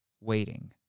waiting